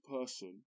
person